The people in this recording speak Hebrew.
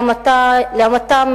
לעומתם